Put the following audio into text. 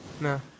No